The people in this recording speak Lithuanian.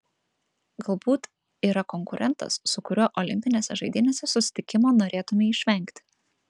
galbūt yra konkurentas su kuriuo olimpinėse žaidynėse susitikimo norėtumei išvengti